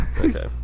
Okay